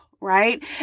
right